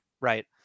right